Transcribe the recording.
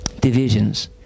Divisions